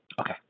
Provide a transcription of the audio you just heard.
Okay